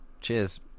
Cheers